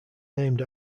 named